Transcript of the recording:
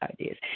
ideas